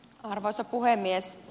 arvoisa puhemies